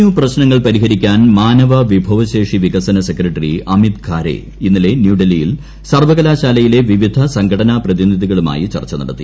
U പ്രശ്നങ്ങൾ പരിഹരിക്കാൻ മാനവ വിഭവശേഷി വികസന സെക്രട്ടറി അമിത് ഖാരേ ഇന്നലെ ന്യൂഡൽഹിയിൽ സർവകലാശാലയിലെ വിവിധ സംഘടനാ പ്രതിനിധികളുമായി ചർച്ച നടത്തി